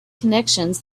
connections